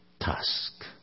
task